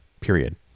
Period